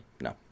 no